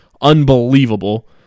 unbelievable